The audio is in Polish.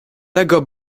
tego